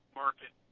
market